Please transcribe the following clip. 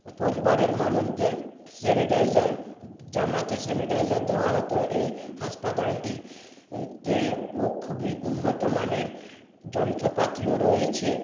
পরিবারের মানুষদের স্যানিটাইজার জামাতে স্যানিটাইজার দেওয়া হত এই হাসপাতালটিতে খুবই উন্নতমানের যন্ত্রপাতিও রয়েছে